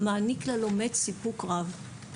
מעניק ללומד סיפוק רב.